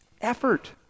Effort